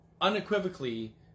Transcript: unequivocally